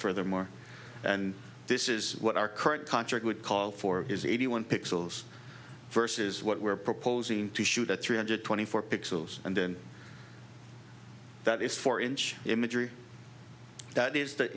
furthermore and this is what our current contract would call for is eighty one pixels versus what we're proposing to shoot at three hundred twenty four pixels and then that is four inch imagery that is th